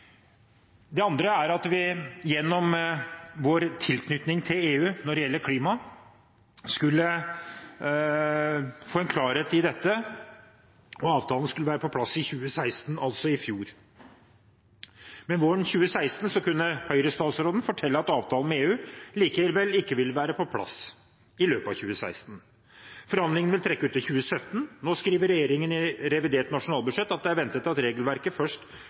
Det andre er at vi gjennom vår tilknytning til EU når det gjelder klima, skulle få en klarhet i dette, og avtalen skulle være på plass i 2016, altså i fjor. Men våren 2016 kunne Høyre-statsråden fortelle at avtalen med EU likevel ikke ville være på plass i løpet av 2016. Forhandlingene ville trekke ut til 2017. Nå skriver regjeringen i revidert nasjonalbudsjett at det er ventet at regelverket først